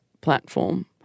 platform